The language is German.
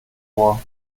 vor